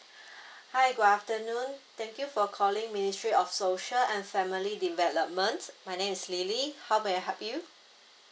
hi good afternoon thank you for calling ministry of social and family developments my name is lily how may I help you